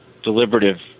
deliberative